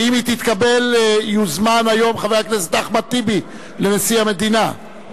שאם תתקבל יוזמן היום חבר הכנסת אחמד טיבי לנשיא המדינה.